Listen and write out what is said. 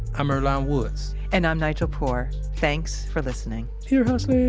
i'm earlonne woods and i'm nigel poor. thanks for listening ear hustlin'!